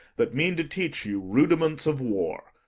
that mean to teach you rudiments of war.